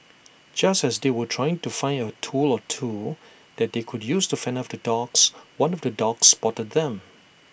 just as they were trying to find A tool or two that they could use to fend off the dogs one of the dogs spotted them